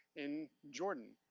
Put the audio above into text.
in jordan.